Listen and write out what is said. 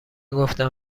گفتم